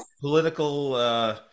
political